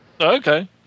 Okay